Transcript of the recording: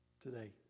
today